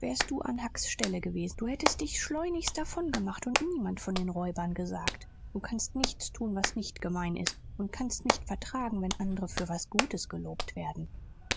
wärst du an hucks stelle gewesen du hättest dich schleunigst davongemacht und niemand von den räubern gesagt du kannst nichts tun was nicht gemein ist und kannst's nicht vertragen wenn andere für was gutes gelobt werden